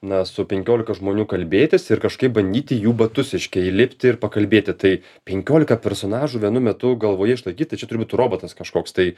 na su penkiolika žmonių kalbėtis ir kažkaip bandyti jų batus reiškia įlipti ir pakalbėti tai penkiolika personažų vienu metu galvoje išlaikyt tai čia turi būt robotas kažkoks tai